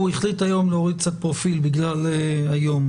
הוא החליט היום להוריד קצת פרופיל בגלל היום.